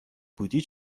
بودی